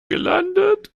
gelandet